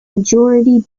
majority